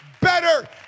better